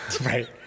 Right